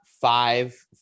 five